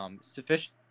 sufficient